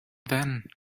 then